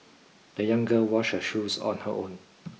the young girl washed her shoes on her own